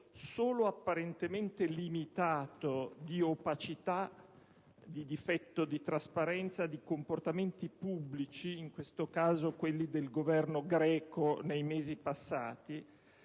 solo apparentemente limitato - di opacità, di difetto di trasparenza di comportamenti pubblici (in questo caso quelli del Governo greco nei mesi passati),